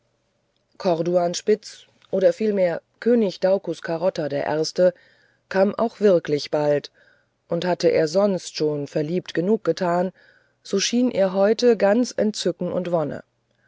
möglich corduanspitz oder vielmehr könig daucus carota der erste kam auch wirklich bald und hatte er sonst schon verliebt genug getan so schien er heute ganz entzücken und wonne